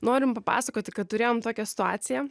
norim papasakoti kad turėjom tokią situaciją